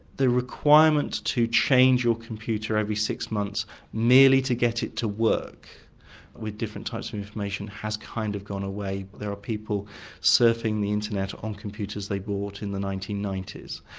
the requirement to change your computer every six months merely to get it to work with different types of information has kind of gone away. there are people surfing the internet on computers they bought in the nineteen ninety s.